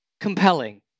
Compelling